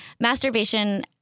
masturbation